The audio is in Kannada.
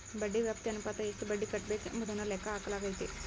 ಬಡ್ಡಿ ವ್ಯಾಪ್ತಿ ಅನುಪಾತ ಎಷ್ಟು ಬಡ್ಡಿ ಕಟ್ಟಬೇಕು ಎಂಬುದನ್ನು ಲೆಕ್ಕ ಹಾಕಲಾಗೈತಿ